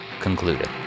concluded